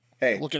Hey